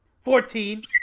Fourteen